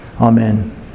Amen